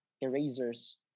erasers